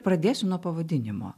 pradėsiu nuo pavadinimo